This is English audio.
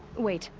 wait!